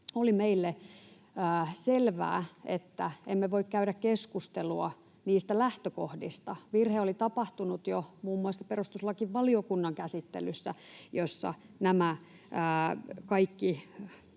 oli meille selvää, että emme voi käydä keskustelua niistä lähtökohdista. Virhe oli tapahtunut jo muun muassa perustuslakivaliokunnan käsittelyssä, jossa nämä kaikki